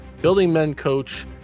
BuildingMenCoach